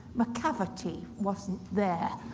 macavity wasn't there.